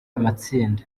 amatsinda